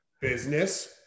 Business